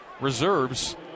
reserves